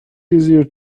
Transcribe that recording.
easier